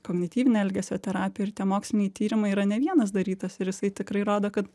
kognityvinė elgesio terapija ir tie moksliniai tyrimai yra ne vienas darytas ir jisai tikrai rodo kad